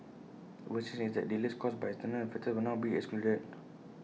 what change is that delays caused by external factors will now be excluded